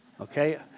okay